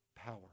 power